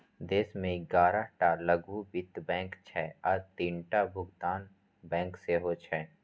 देश मे ग्यारह टा लघु वित्त बैंक छै आ तीनटा भुगतान बैंक सेहो छै